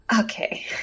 Okay